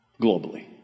globally